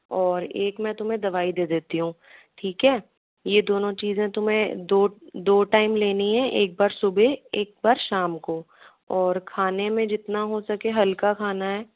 और एक मैं तुम्हें दवाई दे देती हूँ ठीक है ये दोनों चीज़ें तुम्हें दो दो टाइम लेनी है एक बार सुबह एक बार शाम को और खाने में जितना हो सके हल्का खाना है